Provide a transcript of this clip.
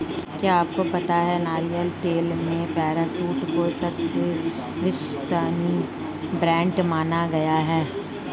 क्या आपको पता है नारियल तेल में पैराशूट को सबसे विश्वसनीय ब्रांड माना गया है?